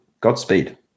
Godspeed